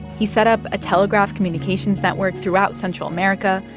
he set up a telegraph communications network throughout central america,